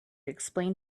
explain